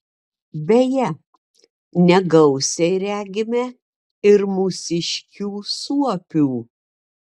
beje negausiai regime ir mūsiškių suopių